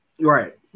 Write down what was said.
right